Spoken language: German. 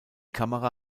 kamera